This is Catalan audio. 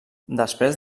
després